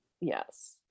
yes